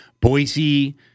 Boise